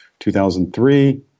2003